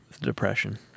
depression